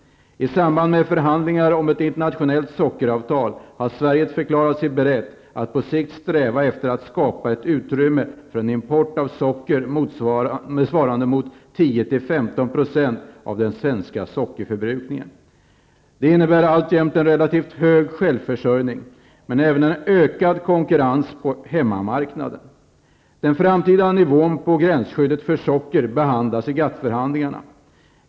I samband med förhandlingar om ett internationellt sockeravtal har Sverige förklarat sig berett att på sikt sträva efter att skapa utrymme för en import av socker svarande mot 10--15 % av den svenska sockerförbrukningen. Det innebär alltjämt en relativt hög självförsörjning men även en ökad konkurrens på hemmamarknaden. Den framtida nivån på gränsskyddet för socker behandlas i GATT-förhandlingarna.